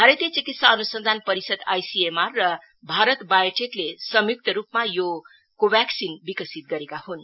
भारतीय चिकित्सा अनुसन्धान परिषद् आइसीएमआर र भारत बायोटेक ले संयुक्त रूपमा यो कोभेक्सिन विकसित गरेका हुन्